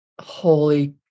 holy